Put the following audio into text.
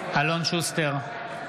שוסטר,